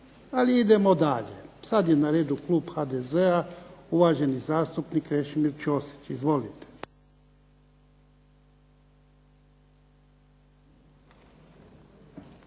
Ali idemo dalje. Sada je na redu klub HDZ-a, uvaženi zastupnik Krešimir Ćosić. Izvolite.